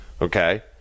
Okay